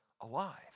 alive